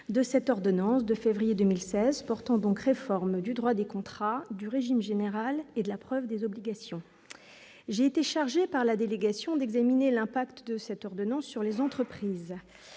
de cette ordonnance de février 2016 portant donc réforme du droit des contrats du régime général et de la preuve des obligations, j'ai été chargé par la délégation d'examiner l'impact de cette ordonnance sur les entreprises,